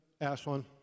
Ashland